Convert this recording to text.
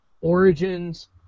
Origins